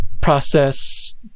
process